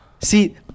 See